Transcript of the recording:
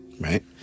right